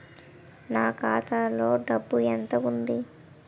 నా ఖాతాలో డబ్బు ఎంత ఉంది?